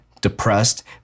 depressed